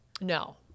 No